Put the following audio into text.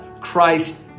Christ